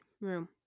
room